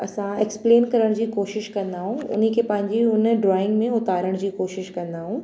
असां एक्सप्लेन करण जी कोशिश कंदा ऐं उन्हीअ खे पंहिंजी हुन ड्रॉइंग में उतारण जी कोशिश कंदा ऐं